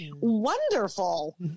wonderful